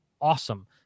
awesome